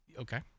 Okay